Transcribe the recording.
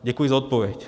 Děkuji za odpověď.